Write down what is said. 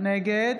נגד